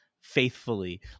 faithfully